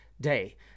day